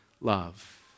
love